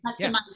Customize